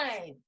time